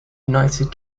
united